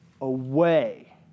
away